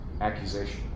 Accusation